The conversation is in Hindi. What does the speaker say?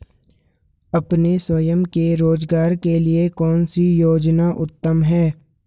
अपने स्वयं के रोज़गार के लिए कौनसी योजना उत्तम है?